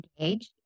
engaged